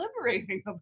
liberating